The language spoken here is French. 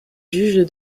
juge